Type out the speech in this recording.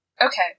Okay